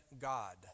God